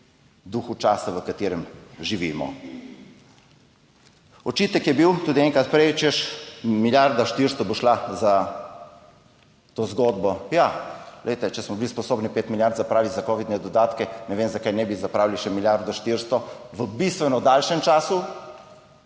duhu časa, v katerem živimo. Očitek je bil tudi enkrat prej, češ, milijarda 400 bo šla za to zgodbo. Ja, glejte, če smo bili sposobni pet milijard zapraviti za covidne dodatke, ne vem, zakaj ne bi zapravili še milijardo 400 v bistveno daljšem času,